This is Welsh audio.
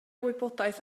wybodaeth